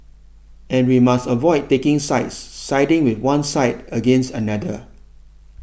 and we must avoid taking sides siding with one side against another